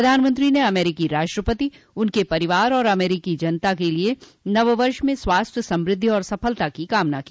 प्रधानमंत्री ने अमरीकी राष्ट्रपति उनके परिवार और अमरीकी जनता के लिए नववर्ष में स्वास्थ्य समृद्धि और सफलता की कामना की